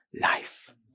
life